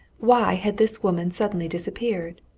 why had this woman suddenly disappeared?